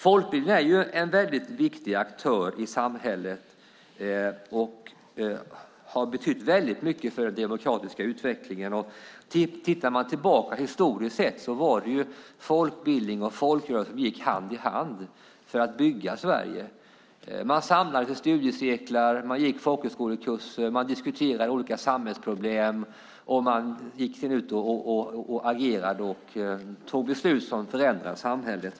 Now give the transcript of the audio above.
Folkbildning är en viktig aktör i samhället och har betytt mycket för den demokratiska utvecklingen. Tittar man tillbaka historiskt sett gick folkbildning och folkrörelser hand i hand för att bygga Sverige. Man samlades i studiecirklar, gick folkhögskolekurser, diskuterade olika samhällsproblem, gick ut och agerade och tog beslut som förändrade samhället.